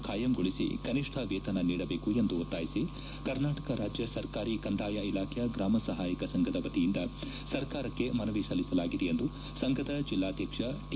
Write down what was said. ಖಾಯಂಗೊಳಿಸಿ ಕನಿಷ್ಠ ವೇತನ ನೀಡಬೇಕು ಎಂದು ಒತ್ತಾಯಿಸಿ ಕರ್ನಾಟಕ ರಾಜ್ಯ ಸರ್ಕಾರಿ ಕಂದಾಯ ಇಲಾಖಾ ಗ್ರಾಮ ಸಹಾಯಕ ಸಂಘದ ವತಿಯಿಂದ ಸರ್ಕಾರಕ್ಷೆ ಮನವಿ ಸಲ್ಲಿಸಲಾಗಿದೆ ಎಂದು ಸಂಘದ ಜೆಲ್ಲಾಧ್ಯಕ್ಷ ಟಿ